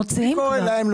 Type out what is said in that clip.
מי קורא להם?